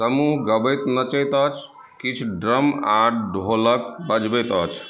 समूह गबैत नचैत अछि किछु ड्रम आ ढोलक बजबैत अछि